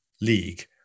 league